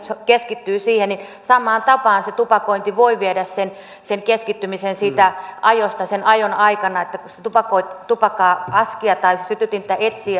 keskittyy siihen samaan tapaan se tupakointi voi viedä sen sen keskittymisen siitä ajosta sen ajon aikana kun tupakkaa askia tai sytytintä etsii